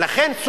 לכן צריך,